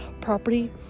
property